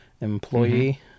employee